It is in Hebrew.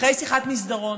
אחרי שיחת מסדרון,